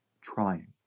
trying